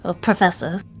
Professor